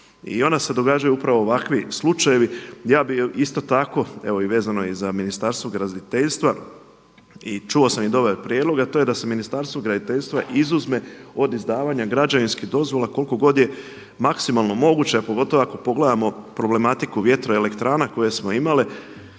I onda se događaju ovakvi slučajevi. Ja bih isto tako, evo vezano i za Ministarstvo graditeljstva i čuo sam i dobar prijedlog, a to je da se Ministarstvu graditeljstva izuzme od izdavanja građevinskih dozvola koliko god je maksimalno moguće, a pogotovo ako pogledamo problematiku vjetroelektrana koje smo imali,